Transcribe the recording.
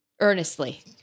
earnestly